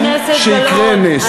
חברת הכנסת גלאון,